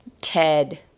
Ted